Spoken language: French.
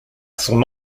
son